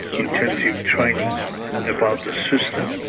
intensive training about the system.